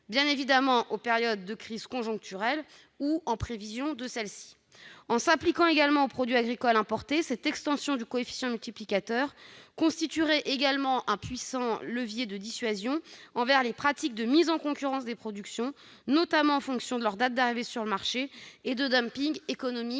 bien évidemment aux périodes de crise conjoncturelle ou en prévision de celles-ci. En s'appliquant également aux produits agricoles importés, cette extension du coefficient multiplicateur constituerait aussi un puissant levier de dissuasion envers les pratiques de mise en concurrence des productions, notamment en fonction de la date d'arrivée sur le marché, et de dumping économique,